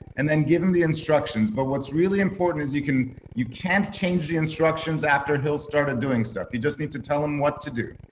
and then give him the instructions. but what's really important is you can. you can't change the instructions after he'll started doing stuff. you just need to tell him what to do.